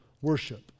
worship